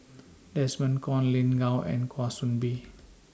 Desmond Kon Lin Gao and Kwa Soon Bee